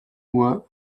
mois